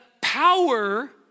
power